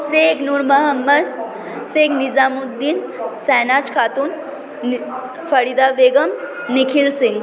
shake Noor Mohammad Sheikh Nizamuddin Shahnaz Khatun Farida Begum Nikhil Singh